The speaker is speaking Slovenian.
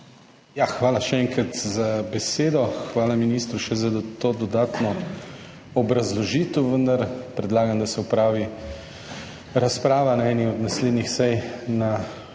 Hvala še enkrat za besedo. Hvala ministru še za to dodatno obrazložitev, vendar predlagam, da se opravi razprava na eni od naslednjih sej na